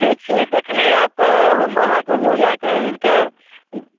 ठीक छै जखने आएब तऽ हम अहाँके लऽ जाके हुनकर ई